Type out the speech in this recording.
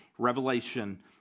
Revelation